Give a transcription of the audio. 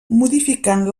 modificant